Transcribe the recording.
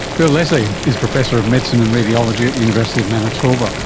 bill leslie is professor of medicine and radiology at the university of manitoba